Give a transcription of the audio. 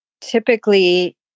typically